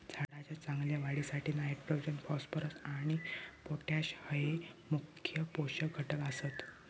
झाडाच्या चांगल्या वाढीसाठी नायट्रोजन, फॉस्फरस आणि पोटॅश हये मुख्य पोषक घटक आसत